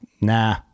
nah